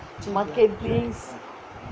market things